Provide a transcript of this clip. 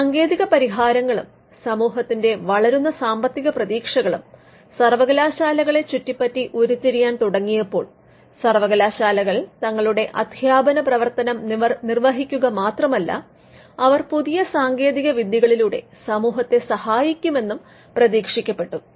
സാങ്കേതിക പരിഹാരങ്ങളും സമൂഹത്തിന്റെ വളരുന്ന സാമ്പത്തിക പ്രതീക്ഷകളും സർവ്വകലാശാലകളെ ചുറ്റിപറ്റി ഉരുത്തിരിയാൻ തുടങ്ങിയപ്പോൾ സർവ്വകലാശാലകൾ തങ്ങളുടെ അദ്ധ്യാപന പ്രവർത്തനം നിർവ്വഹിക്കുക മാത്രമല്ല അവർ പുതിയ സാങ്കേതികവിദ്യകളിലൂടെ സമൂഹത്തെ സഹായിക്കും എന്നും പ്രതീക്ഷിക്കപെട്ടു